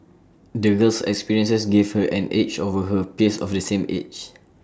the girl's experiences gave her an edge over her peers of the same age